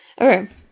Okay